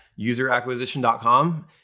useracquisition.com